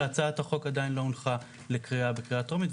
אני חושב שהצעת החוק עדיין לא הונחה לקריאה בקריאה טרומית,